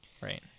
right